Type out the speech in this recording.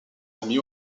amis